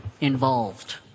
involved